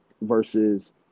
versus